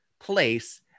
place